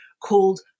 called